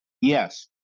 Yes